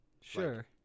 Sure